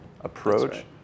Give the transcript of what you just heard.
approach